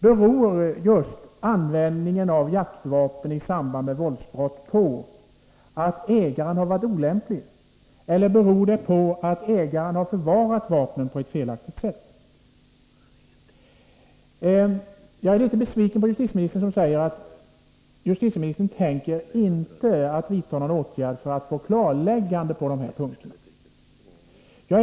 Beror användningen av jaktvapen i samband med våldsbrott på att ägaren har varit olämplig, eller beror det på att ägaren har förvarat vapnet på ett felaktigt sätt? Jag är litet besviken på justitieministern som säger att han inte tänker vidta någon åtgärd för att få klarläggande på de här punkterna.